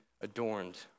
adorned